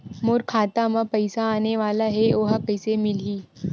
मोर खाता म पईसा आने वाला हे ओहा मोला कइसे मिलही?